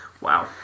Wow